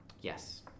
Yes